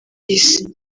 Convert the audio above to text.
isi